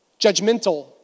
judgmental